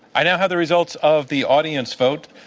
i now have the results of the audience vote,